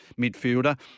midfielder